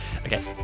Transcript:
Okay